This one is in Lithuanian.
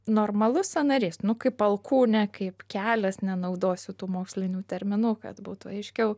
normalus sąnarys nu kaip alkūnė kaip kelias nenaudosiu tų mokslinių terminų kad būtų aiškiau